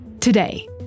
Today